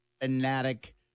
fanatic